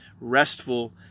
restful